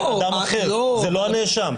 זה אדם אחר, זה לא הנאשם.